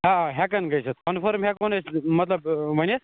آ ہٮ۪کَن گٔژھِتھ کَنفٲرٕم ہٮ۪کو نہٕ أسۍ مطلب ؤنِتھ